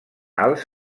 alts